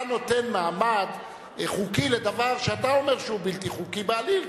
אתה נותן מעמד חוקי לדבר שאתה אומר שהוא בלתי חוקי בעליל,